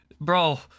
Bro